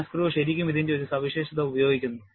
NASGRO ശരിക്കും ഇതിന്റെ ഒരു സവിശേഷത ഉപയോഗിക്കുന്നു